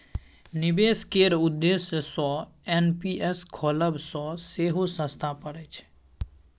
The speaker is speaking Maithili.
निबेश केर उद्देश्य सँ एन.पी.एस खोलब सँ सेहो सस्ता परय छै